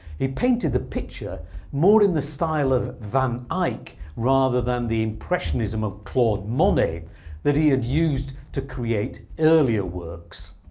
he painted the picture more in the style of van eyke rather than the impressionism of claude monet that he had used to create earlier works.